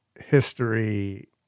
history